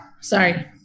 Sorry